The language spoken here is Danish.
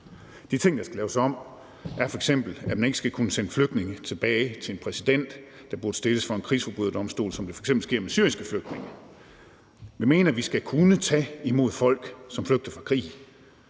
De ting, der skal laves om, er f.eks., at man ikke skal kunne sende flygtninge tilbage til en præsident, der burde stilles for en krigsforbryderdomstol, som det f.eks. sker med syriske flygtninge. Vi mener, at vi skal kunne tage imod folk, som flygter fra krig,